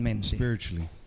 Spiritually